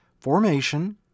formation